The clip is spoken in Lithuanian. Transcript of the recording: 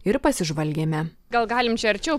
ir pasižvalgėme gal galim arčiau